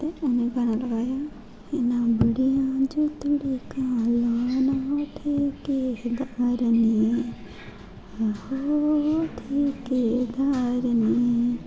उ'नें गाना लोआया इनां बड़ियां च तड़का लाना ओ ठेकेदरनिये ओ हो ठेकेदारनिये